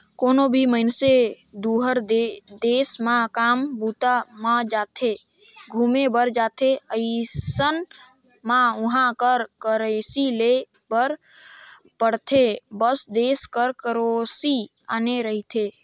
कोनो भी मइनसे दुसर देस म काम बूता म जाथे, घुमे बर जाथे अइसन म उहाँ कर करेंसी लेय बर पड़थे सब देस कर करेंसी आने रहिथे